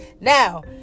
Now